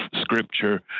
scripture